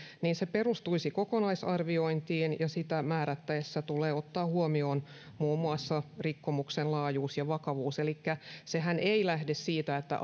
perustuisi kokonaisarviointiin ja sitä määrättäessä tulee ottaa huomioon muun muassa rikkomuksen laajuus ja vakavuus elikkä sehän ei lähde siitä että